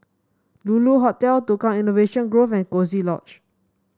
Lulu Hotel Tukang Innovation Grove and Coziee Lodge